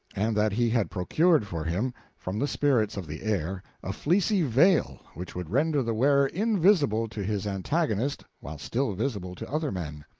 and that he had procured for him from the spirits of the air a fleecy veil which would render the wearer invisible to his antagonist while still visible to other men.